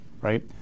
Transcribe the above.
right